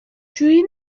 جویی